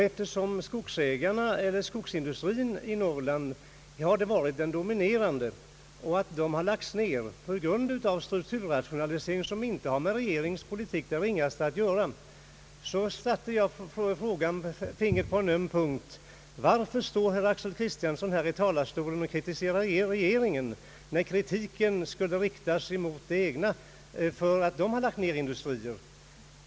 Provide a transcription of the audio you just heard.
Eftersom skogsindustrin har varit den dominerande i Norrland och eftersom en del sådana industrier lagts ned på grund av strukturrationalisering, som inte haft det ringaste med regeringens politik att göra, satte jag fingret på en öm punkt och frågade varför herr Axel Kristiansson från talarstolen här i kammaren riktar kritik mot regeringen, när kritiken för nedläggning av industrier borde riktas emot de egna leden.